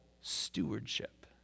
stewardship